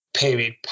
period